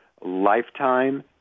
lifetime